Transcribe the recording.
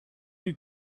you